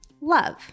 love